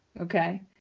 okay